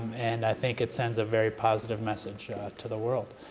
and i think it sends a very positive message and ah to the world.